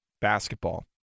basketball